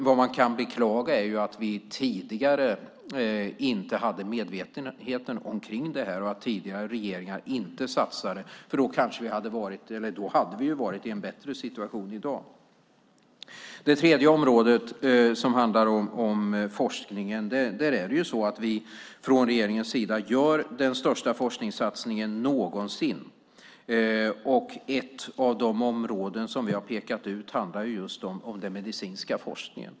Vad man kan beklaga är att vi tidigare inte hade medvetenheten om detta och att tidigare regeringar inte satsade på det här. Annars hade vi varit i en bättre situation i dag. Det tredje området handlar om forskningen. Vi gör från regeringens sida den största forskningssatsningen någonsin. Ett av de områden som vi har pekat ut handlar om den medicinska forskningen.